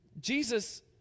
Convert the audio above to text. Jesus